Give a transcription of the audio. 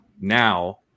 now